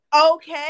Okay